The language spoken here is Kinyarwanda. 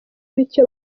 bityo